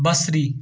بَصری